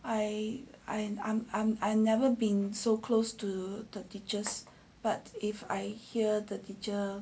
I I'm I'm I'm I've never been so close to the teachers but if I hear the teacher